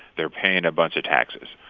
they're paying a bunch of taxes.